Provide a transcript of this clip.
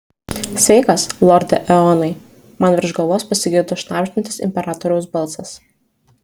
sveikas lorde eonai man virš galvos pasigirdo šnabždantis imperatoriaus balsas